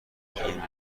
این